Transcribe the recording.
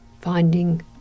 finding